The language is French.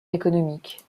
économique